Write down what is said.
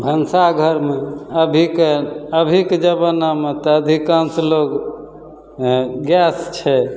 भनसाघरमे अभीके अभीके जमानामे तऽ अधिकांश लोक गैस छै